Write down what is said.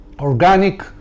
Organic